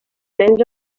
nens